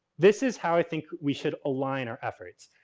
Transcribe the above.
this is how i think we should align our efforts.